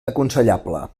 aconsellable